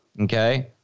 okay